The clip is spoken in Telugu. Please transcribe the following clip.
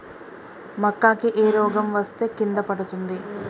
మక్కా కి ఏ రోగం వస్తే కింద పడుతుంది?